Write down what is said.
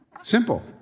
Simple